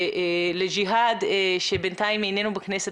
לג'יהד שבינתיים איננו בכנסת,